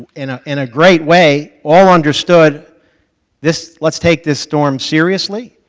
in ah in a great way, all understood this let's take this storm seriously,